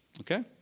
Okay